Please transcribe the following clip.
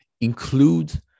include